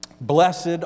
Blessed